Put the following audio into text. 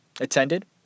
attended